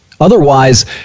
Otherwise